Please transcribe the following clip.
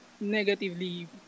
negatively